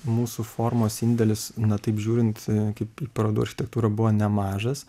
mūsų formos indėlis na taip žiūrint kaip į parodų architektūrą buvo nemažas